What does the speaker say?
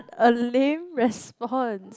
a lame response